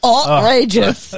Outrageous